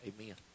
Amen